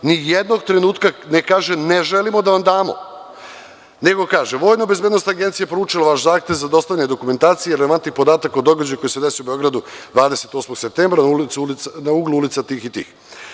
Nijednog trenutka ne kaže – ne želimo da vam damo, nego kaže – VBAje proučila vaš zahtev za dostavljanje dokumentacije i relevantnih podataka o događaju koji se desio u Beogradu 28. septembra na uglu ulica tih i tih.